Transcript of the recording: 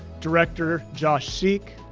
director josh seek,